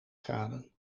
graden